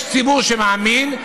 יש ציבור שמאמין,